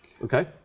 Okay